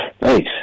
Nice